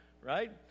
right